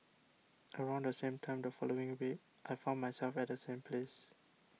around the same time the following week I found myself at the same place